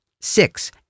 Six